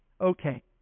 Okay